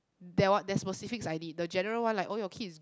that one that specifics I need the general one like orh your kids